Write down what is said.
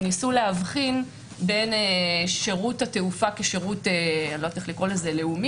וניסו להבחין בין שירות התעופה כשירות לאומי,